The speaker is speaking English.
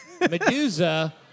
Medusa